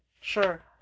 Sure